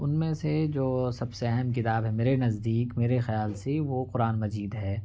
ان میں سے جو سب سے اہم کتاب ہے میرے نزدیک میرے خیال سے وہ قرآن مجید ہے